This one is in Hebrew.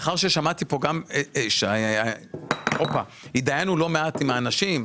לאחר שהתדיינו לא מעט עם האנשים,